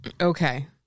Okay